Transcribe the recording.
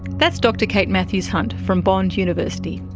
that's dr kate mathews-hunt from bond university.